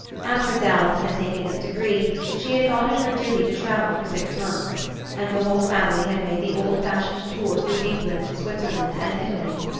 after dallas had taken his degree she had thought it her duty to travel for six months and the whole family had made the old-fashioned tour through england, switzerland and italy.